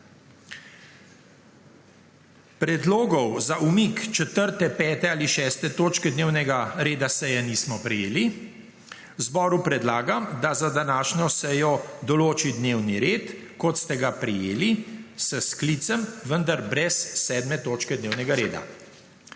Predlogov za umik 4., 5. ali 6. točke dnevnega reda seje nismo prejeli. Zboru predlagam, da za današnjo sejo določi dnevni red, kot ste ga prejeli s sklicem, vendar brez 7. točke dnevnega reda.